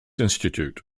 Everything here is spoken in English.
institute